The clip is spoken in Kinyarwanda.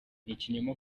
ikinyoma